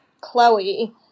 Chloe